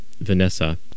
vanessa